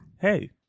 Hey